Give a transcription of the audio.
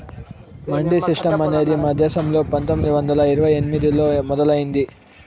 mandi system అనేది మన దేశంలో పందొమ్మిది వందల ఇరవై ఎనిమిదిలో మొదలయ్యింది